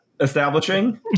establishing